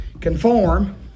conform